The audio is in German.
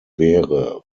wäre